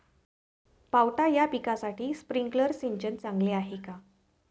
पावटा या पिकासाठी स्प्रिंकलर सिंचन चांगले आहे का?